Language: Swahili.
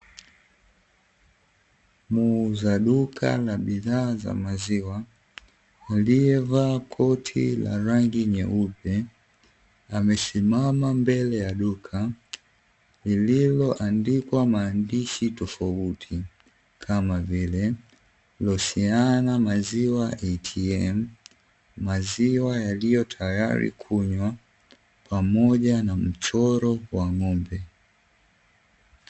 Muuza duka na bidhaa za maziwa aliyevaa koti la rangi nyeupe, amesimama mbele ya duka lililoandikwa maandishi tofauti kama vile losiana maziwa (ATM) maziwa yaliyotayali kunywa pamoja na mchoro wa ngómbe.